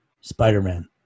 Spider-Man